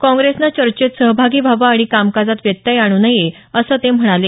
काँग्रेसनं चर्चेत सहभागी व्हावं आणि कामकाजात व्यत्यय आणू नये असं ते म्हणाले